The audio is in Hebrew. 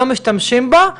לא משתמשים בה.